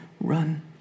run